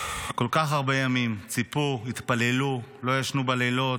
כל כך הרבה ימים ציפו, התפללו, לא ישנו בלילות,